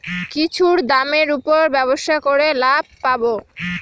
কিছুর দামের উপর ব্যবসা করে লাভ পাবো